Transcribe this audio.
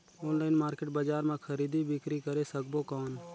Online market बजार मां खरीदी बीकरी करे सकबो कौन?